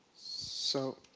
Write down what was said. so